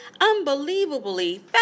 unbelievably